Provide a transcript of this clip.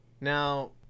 Now